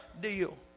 deal